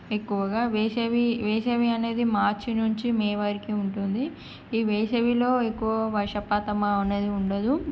ఎక్కువగా వేసవి వేసవి అనేది మార్చి నుంచి మే వరకు ఉంటుంది ఈ వేసవిలో ఎక్కువ వర్షపాతం అనేది ఉండదు